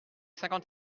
cinquante